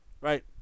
right